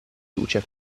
luce